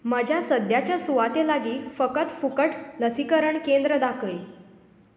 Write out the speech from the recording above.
म्हज्या सद्याच्या सुवाते लागीं फकत फुकट लसीकरण केंद्र दाखय